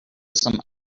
some